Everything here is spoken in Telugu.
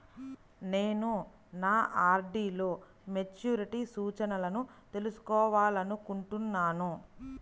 నేను నా ఆర్.డీ లో మెచ్యూరిటీ సూచనలను తెలుసుకోవాలనుకుంటున్నాను